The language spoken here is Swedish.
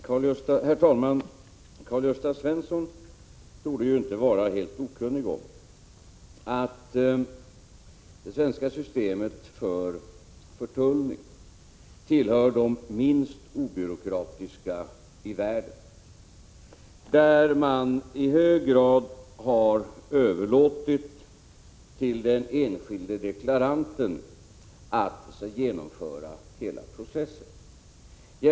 Herr talman! Karl-Gösta Svenson torde inte vara helt okunnig om att det svenska systemet för förtullning tillhör de minst byråkratiska i världen och är ett system där man i hög grad överlåtit till den enskilde deklaranten att genomföra hela processen.